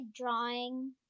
drawing